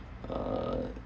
uh